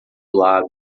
lago